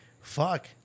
fuck